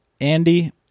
Andy